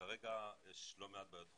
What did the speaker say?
כרגע יש לא מעט בעיות דחופות,